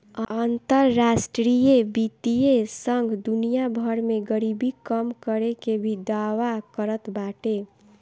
अंतरराष्ट्रीय वित्तीय संघ दुनिया भर में गरीबी कम करे के भी दावा करत बाटे